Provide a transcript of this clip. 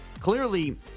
Clearly